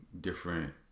different